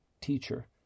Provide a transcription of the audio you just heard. teacher